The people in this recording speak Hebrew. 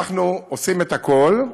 אנחנו עושים את הכול,